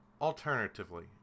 alternatively